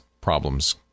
Problems